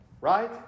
right